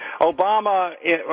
Obama